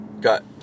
got